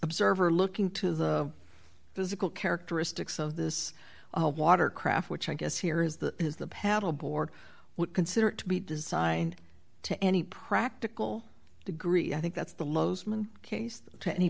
observer looking to the physical characteristics of this water craft which i guess here is that is the paddle board would consider it to be designed to any practical degree i think that's the loews mn case to any